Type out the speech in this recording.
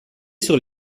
sur